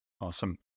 Awesome